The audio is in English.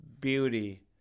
beauty